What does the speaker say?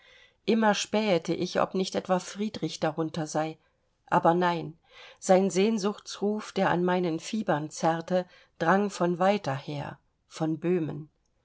immer spähete ich ob nicht etwa friedrich darunter sei aber nein sein sehnsuchtsruf der an meinen fibern zerrte drang von weiter her von böhmen